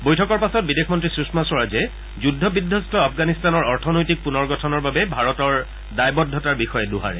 বৈঠকৰ পাছত বিদেশ মন্ত্ৰী সুষমা স্বৰাজে যুদ্ধ বিধ্বস্ত আফগানিস্তানৰ অৰ্থনৈতিক পুনৰ গঠনৰ বাবে ভাৰতৰ দায়বদ্ধতাৰ বিষয়ে দোহাৰে